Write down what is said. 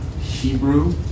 Hebrew